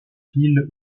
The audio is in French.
ville